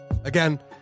again